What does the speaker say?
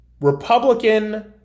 Republican